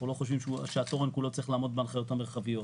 אנחנו לא חושבים שהתורן כולו צריך לעמוד בהנחיות המרחביות.